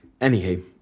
Anywho